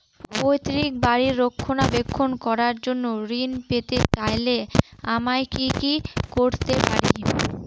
পৈত্রিক বাড়ির রক্ষণাবেক্ষণ করার জন্য ঋণ পেতে চাইলে আমায় কি কী করতে পারি?